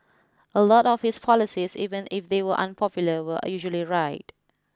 a lot of his policies even if they were unpopular were usually right